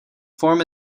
form